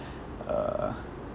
err